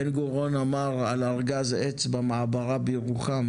בן גוריון אמר על ארגז עץ במעברה בירוחם